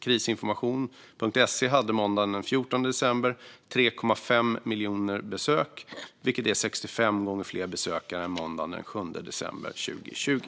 Krisinformation.se hade måndagen den 14 december 3,5 miljoner besök, vilket är 65 gånger fler besökare än måndagen den 7 december 2020.